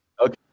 okay